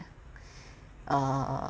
uh